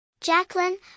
Jacqueline